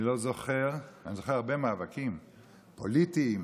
אני זוכר הרבה מאבקים פוליטיים,